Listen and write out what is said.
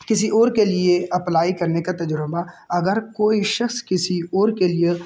کسی اور کے لیے اپلائی کرنے کا تجربہ اگر کوئی شخص کسی اور کے لیے